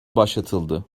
başlatıldı